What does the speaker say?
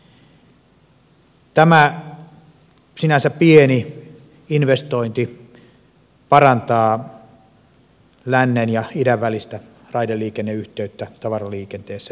tämä sinänsä pieni investointi parantaa lännen ja idän välistä raideliikenneyhteyttä tavaraliikenteessä ihan merkittävästi